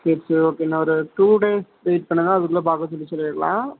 சரி சரி ஓகே நான் ஒரு டூ டேஸ் வெயிட் பண்ணுங்க அதுக்குள்ளே பார்க்க சொல்லி சொல்லிடலாம்